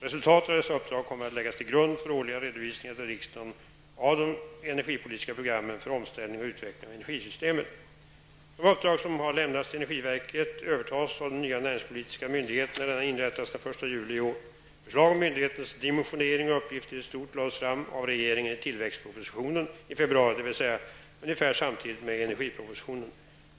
Resultatet av dessa uppdrag kommer att läggas till grund för årliga redovisningar till riksdagen av de energipolitiska programmen för omställning och utveckling av energisystemet. De uppdrag som har lämnats till energiverket övertas av den nya näringspolitiska myndigheten när denna inrättas den 1 juli i år. Förslag om myndighetens dimensionering och uppgifter i stort lades fram av regeringen i tillväxtpropositionen i februari, dvs. ungefär samtidigt med energipropositionen.